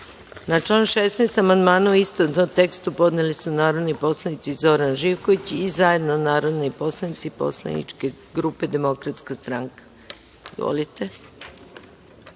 član 16. amandmane, u istovetnom tekstu, podneli su narodni poslanici Zoran Živković i zajedno narodni poslanici poslaničke grupe Demokratska stranka. Izvolite.